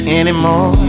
anymore